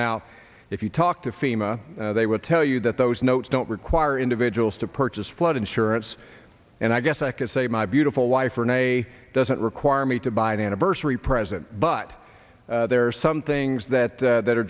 now if you talk to fema they will tell you that those notes don't require individuals to purchase flood insurance and i guess i could say my beautiful wife renee doesn't require me to buy an anniversary present but there are some things that a